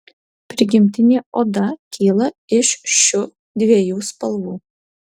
prigimtinė oda kyla iš šiu dviejų spalvų